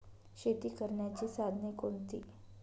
शेती करण्याची साधने कोणती?